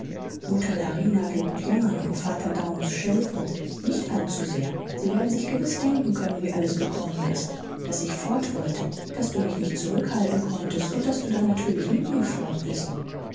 mutter larina wird jammern und vater daunus schelten nicht allzusehr sie werden sich gewiß denken können wie alles gekommen ist daß ich fortwollte daß du mich nicht zurückhalten konntest und daß du dann natürlich mit mir fort bist